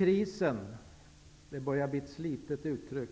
Krisen -- det börjar bli ett slitet uttryck,